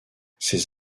ces